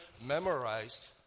memorized